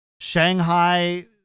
Shanghai